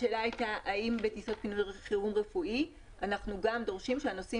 השאלה הייתה האם בטיסות פינוי חירום רפואי אנחנו גם דורשים שלנוסעים